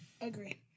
Agree